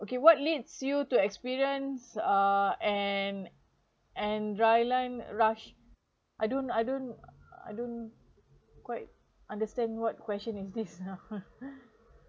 okay what leads you to experience uh an adrenaline rush I don't I don't I don't quite understand what question is this you know